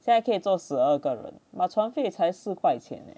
现在可以坐十二个人 but 船费才四块钱的